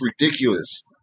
ridiculous